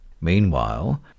Meanwhile